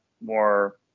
more